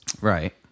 Right